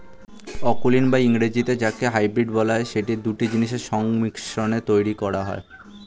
অকুলীন বা ইংরেজিতে যাকে হাইব্রিড বলা হয়, সেটি দুটো জিনিসের সংমিশ্রণে তৈরী করা হয়